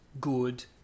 good